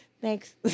Thanks